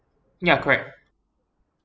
ya correct